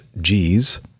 G's